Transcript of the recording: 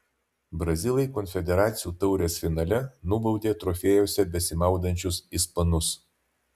brazilai konfederacijų taurės finale nubaudė trofėjuose besimaudančius ispanus